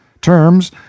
Terms